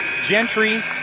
Gentry